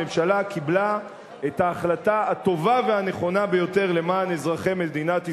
הממשלה קיבלה את ההחלטה הטובה והנכונה ביותר למען אזרחי מדינת ישראל,